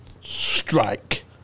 Strike